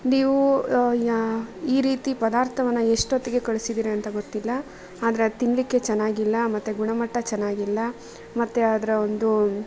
ನೀವು ಯಾ ಈ ರೀತಿ ಪದಾರ್ಥವನ್ನ ಎಷ್ಟೊತ್ತಿಗೆ ಕಳಿಸಿದಿರಿ ಅಂತ ಗೊತ್ತಿಲ್ಲ ಆದರೆ ಅದು ತಿನ್ನಲಿಕ್ಕೆ ಚೆನ್ನಾಗಿಲ್ಲ ಮತ್ತು ಗುಣಮಟ್ಟ ಚೆನ್ನಾಗಿಲ್ಲ ಮತ್ತು ಅದರ ಒಂದು